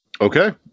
Okay